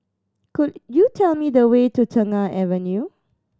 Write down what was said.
could you tell me the way to Tengah Avenue